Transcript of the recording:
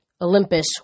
Olympus